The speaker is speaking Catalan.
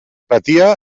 patia